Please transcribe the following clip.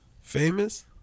Famous